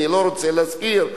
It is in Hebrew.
אני לא רוצה להזכיר,